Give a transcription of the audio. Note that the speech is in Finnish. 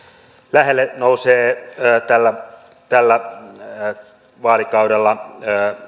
lähelle nousee tällä tällä vaalikaudella